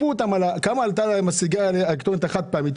ושרשות המיסים תשפה את היבואנים על הסיגריות האלקטרוניות החד פעמיות.